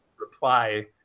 reply